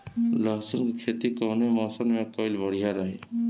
लहसुन क खेती कवने मौसम में कइल बढ़िया रही?